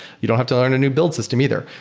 you don't have to learn a new build system either.